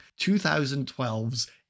2012's